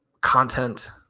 content